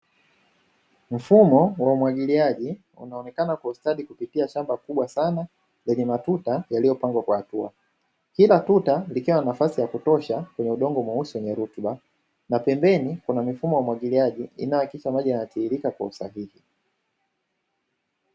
Mfumo wa umwagiliaji unaonekaana kwa ustadi kupitia shamba kubwa sana lenye matuta yaliyopangwa kwa hatua, kila tuta likiwa na nafasi ya kutosha kwenye udongo mweusi wenye rutuba na pembeni kuna mifumo ya umwagiliaji inayohakikisha maji yanatiririka kwa usahihi.